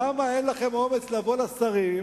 למה אין לכם אומץ לבוא לשרים,